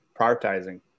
prioritizing